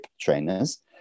trainers